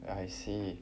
I see